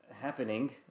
happening